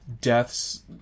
deaths